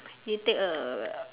you take a